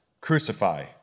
crucify